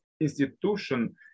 institution